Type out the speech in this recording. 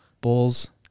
Bulls